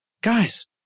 guys